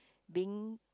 being